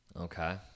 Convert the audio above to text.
Okay